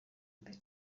imbere